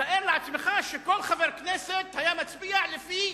תאר לעצמך שכל חבר כנסת היה מצביע לפי